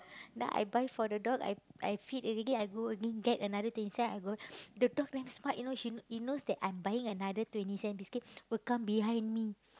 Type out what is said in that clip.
now I buy for the dog I I feed already I go get another twenty cent I go the dog damn smart you know she he knows that I'm buying another twenty cent biscuit will come behind me